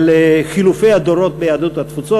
על חילופי הדורות ביהדות התפוצות.